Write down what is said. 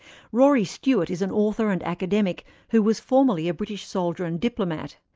rory stewart is an author and academic who was formerly a british soldier and diplomat.